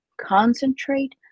concentrate